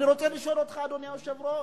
אני רוצה לשאול אותך, אדוני היושב-ראש: